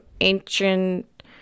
ancient